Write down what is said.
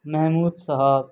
Mahmood Sahib